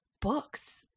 books